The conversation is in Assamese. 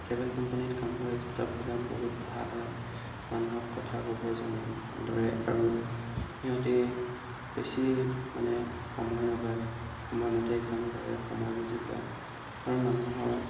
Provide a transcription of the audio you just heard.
ট্ৰেভেল কোম্পানীত কাম কৰা ষ্টাফবিলাক বহুত ভাল হয় মানুহক কথা ক'ব জানে ভালদৰে আৰু সিহঁতি বেছি মানে সময় নলয় সময়মতেই কাম কৰে সময় বুজি পায় আৰু মানুহৰ